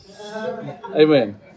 Amen